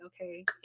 okay